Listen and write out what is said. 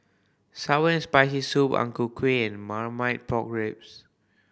sour and Spicy Soup Ang Ku Kueh and Marmite Pork Ribs